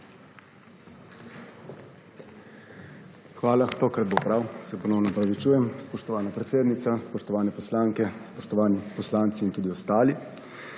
Hvala. Tokrat bo prav. Se ponovno opravičujem. Spoštovana predsednica, spoštovane poslanke, spoštovani poslanci in tudi ostali!